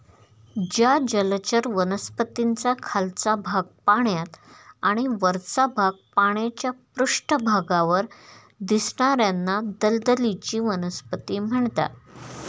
ज्या जलचर वनस्पतींचा खालचा भाग पाण्यात आणि वरचा भाग पाण्याच्या पृष्ठभागावर दिसणार्याना दलदलीची वनस्पती म्हणतात